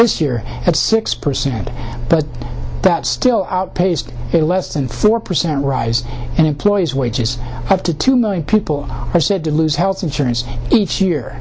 this year at six percent but that still outpaced the less than four percent rise in employees wages have to two million people are said to lose health insurance each year